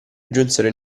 giunsero